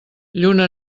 lluna